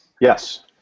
Yes